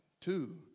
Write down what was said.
two